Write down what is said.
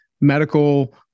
medical